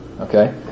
Okay